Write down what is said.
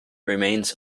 remains